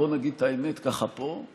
בוא נגיד את האמת ככה פה,